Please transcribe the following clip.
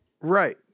Right